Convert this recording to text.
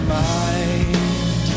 mind